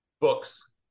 Books